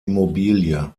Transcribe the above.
immobilie